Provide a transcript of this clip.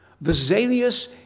Vesalius